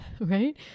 Right